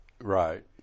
Right